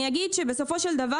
אני אגיד שבסופו של דבר,